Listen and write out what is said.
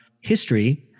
history